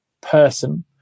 person